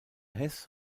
hess